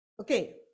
Okay